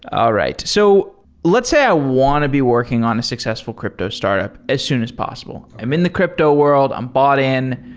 all right. so let's say i want to be working on a successful crypto startup as soon as possible. i'm in the crypto world, i'm bought in.